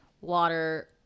water